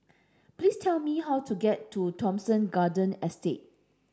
please tell me how to get to Thomson Garden Estate